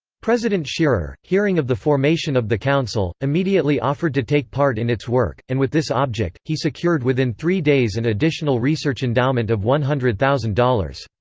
president scherer, hearing of the formation of the council, immediately offered to take part in its work, and with this object, he secured within three days an and additional research endowment of one hundred thousand dollars.